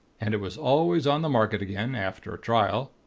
and it was always on the market again, after a trial.